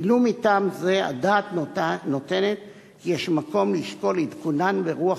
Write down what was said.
ולו מטעם זה הדעת נותנת כי יש מקום לשקול עדכונן ברוח